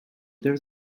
there